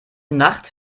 nacht